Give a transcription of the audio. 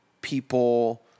people